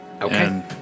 Okay